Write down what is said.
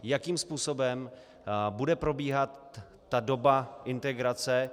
Jakým způsobem bude probíhat ta doba integrace.